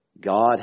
God